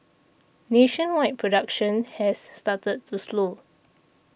nationwide production has started to slow